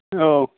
औ